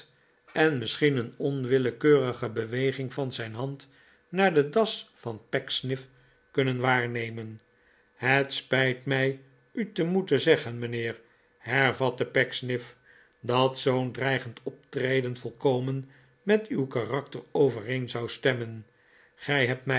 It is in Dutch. en misschien een onwillekeurige beweging van zijn hand naar de das van pecksniff kunnen waarnemen het spijt mij u te moeten zeggen mijnheer hervatte pecksniff dat zoo'n dreigend optreden volkomen met uw karakter overeen zou stemmen gij hebt